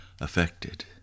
affected